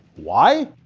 why?